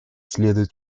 следует